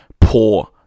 poor